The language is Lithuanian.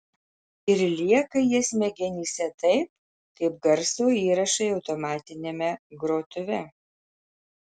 ir lieka jie smegenyse taip kaip garso įrašai automatiniame grotuve